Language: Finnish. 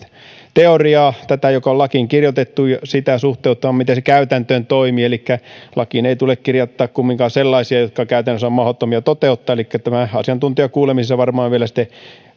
teoriaa joka on lakiin kirjoitettu suhteuttamaan miten se käytäntöön toimii lakiin ei tule kirjoittaa kumminkaan sellaisia jotka käytännössä ovat mahdottomia toteuttaa elikkä asiantuntijakuulemisissa varmaan vielä sitten